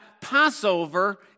Passover